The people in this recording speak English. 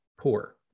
poor